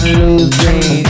losing